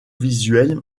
visuelle